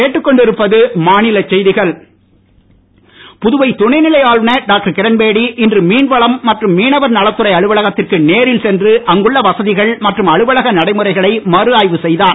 கிரண்பேடி புதுவை துணைநிலை ஆளுநர் டாக்டர் கிரண்பேடி இன்று மீன்வளம் மற்றும் மீனவர் நலத்துறை அலுவலகத்திற்கு நேரில் சென்று அங்குள்ள வசதிகள் மற்றும் அலுவலக நடைமுறைகளை மறு ஆய்வு செய்தார்